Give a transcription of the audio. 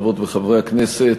חברות וחברי הכנסת,